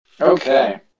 Okay